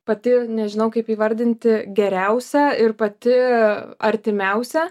pati nežinau kaip įvardinti geriausia ir pati artimiausia